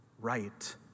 right